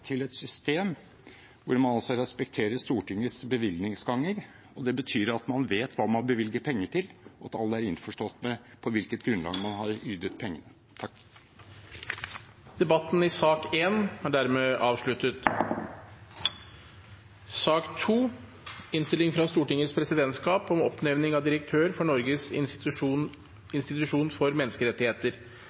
til et system hvor man respekterer Stortingets bevilgningsganger. Det betyr at man vet hva man bevilger penger til, og at alle er innforstått med på hvilket grunnlag man har ytet penger. Flere har ikke bedt om ordet til sak